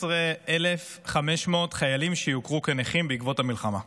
12,500 חיילים שיוכרו כנכים בעקבות המלחמה.